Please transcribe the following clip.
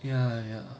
ya ya